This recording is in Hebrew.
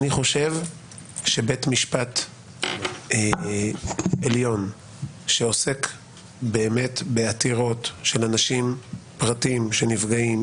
אני חושב שבית משפט עליון שעוסק באמת בעתירות של אנשים פרטיים שנפגעים,